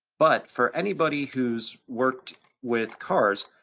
but for anybody who's worked with cars,